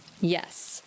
Yes